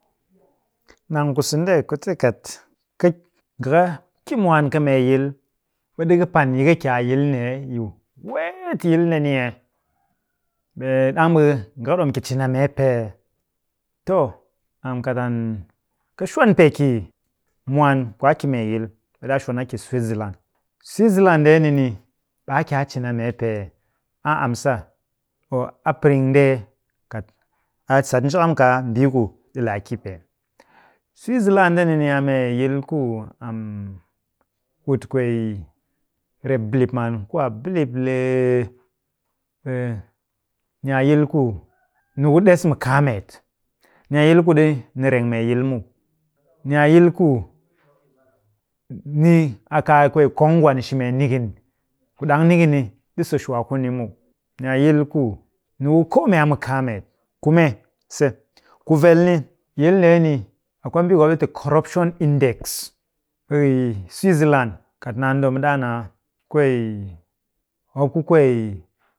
Nang ku sende kute ka nga ka ki mwaan kɨ mee yil, ɓe ɗika pan yi ka ki a yil nee yi weet yil ndeni ee? Ɓe ɗang ɓe nga kɨ ɗom ki cin a mee pee ee? To kat an kɨ shwan pee ki mwaan ku a ki mee yil, ɓe ɗaa shwan a ki switzerland. Switzerland ndeni ni, ɓe a ki a cin a mee pee ee? A amsa or a piring ndee kat a sat njakam kaa mbii ku ɗi le a ki pee. Switzerland ndeni ni a mee yil ku ku kwee rep bilip maan ku a bilip lee ɓe ni a yil ku niku ɗes mu kaa met. Ni a yil ku ɗi, ni reng mee yil muw. Ni a yil ku ni a kaa kwee kong ngwan shi mee nikin. Ku ɗang nikin ni ɗi so-shwaa kuni muw. Ni a yil ku niku koo mee a mu kaa met, kume se. Ku vel ni, yil ndeeni, akwai mbii ku mop te corruption index. Ɓe yi switzerland, kat naan ɗom ɓe ɗaa naa kwee, mup ku kwee